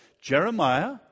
Jeremiah